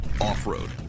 Off-road